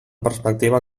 perspectiva